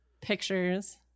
pictures